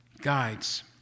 guides